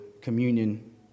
communion